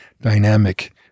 dynamic